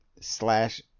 slash